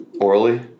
orally